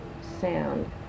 sound